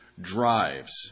drives